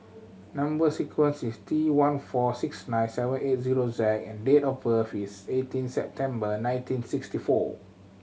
number sequence is T one four six nine seven eight zero Z and date of birth is eighteen September nineteen sixty four